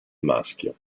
maschio